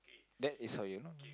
that is how you know